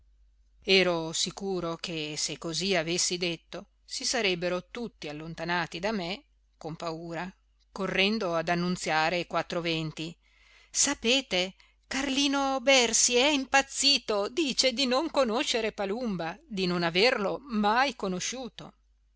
ero sicuro che se così avessi detto si sarebbero tutti allontanati da me con paura correndo ad annunziare ai quattro venti sapete carlino bersi è impazzito dice di non conoscere palumba di non averlo mai conosciuto